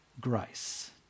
grace